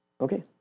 Okay